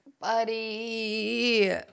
Buddy